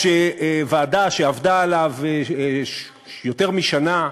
יש דוח של ועדה שעבדה עליו יותר משנה,